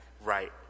right